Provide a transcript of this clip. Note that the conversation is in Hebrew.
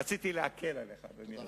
רציתי להקל עליך, אדוני היושב-ראש.